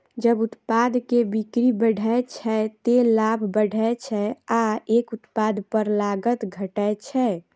जब उत्पाद के बिक्री बढ़ै छै, ते लाभ बढ़ै छै आ एक उत्पाद पर लागत घटै छै